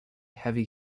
heavy